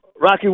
Rocky